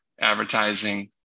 advertising